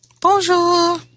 Bonjour